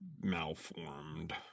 malformed